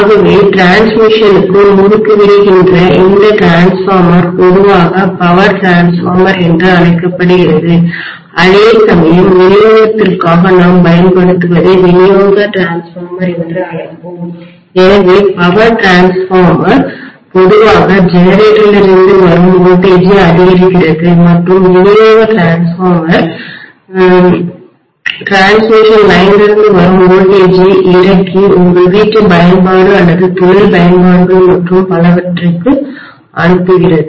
ஆகவே டிரான்ஸ்மிஷனுக்கு முடுக்கிவிடுகின்ற இந்த டிரான்ஸ்ஃபார்மர் பொதுவாக பவர் டிரான்ஸ்ஃபார்மர் என்று அழைக்கப்படுகிறது அதேசமயம் விநியோகத்திற்காக நாம் பயன்படுத்துவதை விநியோக மின்மாற்றி டிரான்ஸ்ஃபார்மர் என்று அழைப்போம் எனவே பவர் டிரான்ஸ்ஃபார்மர்மின்மாற்றிகள் பொதுவாக ஜெனரேட்டரிலிருந்து வரும் வோல்டேஜை அதிகரிக்கிறது மற்றும் விநியோக மின்மாற்றிடிரான்ஸ்ஃபார்மர் பரிமாற்றடிரான்ஸ்மிஷன் டிரான்ஸ்மிஷன் லைன் லிருந்து வரும் வோல்டேஜைஇறக்கி உங்கள் வீட்டு பயன்பாடு அல்லது தொழில் பயன்பாடுகள் மற்றும் பலவற்றிற்கு அனுப்புகிறது